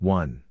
One